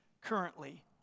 currently